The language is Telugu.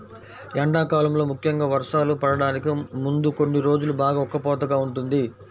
ఎండాకాలంలో ముఖ్యంగా వర్షాలు పడటానికి ముందు కొన్ని రోజులు బాగా ఉక్కపోతగా ఉంటుంది